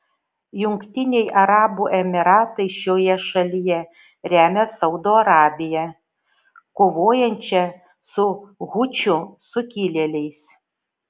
jungtiniai arabų emyratai šioje šalyje remia saudo arabiją kovojančią su hučių sukilėliais